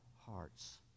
hearts